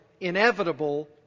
inevitable